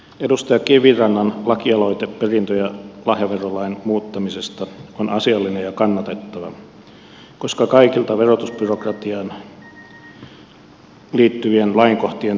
edustaja kivirannan lakialoite perintö ja lahjaverolain muuttamisesta on asiallinen ja kannatettava koska kaikilta verotusbyrokratiaan liittyvien lainkohtien tuntemusta ei voida odottaa